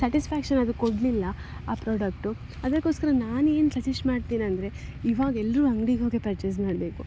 satisfaction ಅದು ಕೊಡಲಿಲ್ಲ ಆ ಪ್ರಾಡಕ್ಟು ಅದಕ್ಕೋಸ್ಕರ ನಾನೇನು ಸಜೆಸ್ಟ್ ಮಾಡ್ತಿನಂದರೆ ಇವಾಗ ಎಲ್ಲರೂ ಅಂಗ್ಡಿಗೆ ಹೋಗೇ ಪರ್ಚೇಸ್ ಮಾಡಬೇಕು